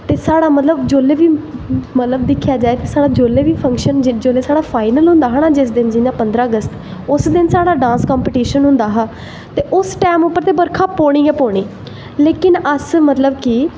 चे साढ़ै मतलव जिसलै बी मतलव दिक्खेआ जाए साढ़ै जिसलै बी फंक्शन फाईनल होंदा हा ना जियां पंदरां अगस्त उस दिन साढ़ा डांस कंपिटिशन होंदा हा ते उस टैम उप्पर बरखा पौनी गै पौनी लेकिन अस मतलव कि